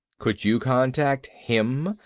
could you contact him?